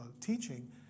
teaching